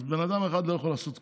אז בן אדם אחד לא יכול לעשות כלום.